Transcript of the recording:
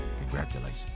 congratulations